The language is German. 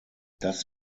das